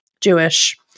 jewish